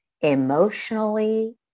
emotionally